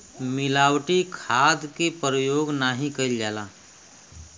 मिलावटी खाद के परयोग नाही कईल जाला